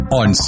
on